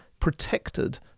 protected